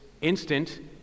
instant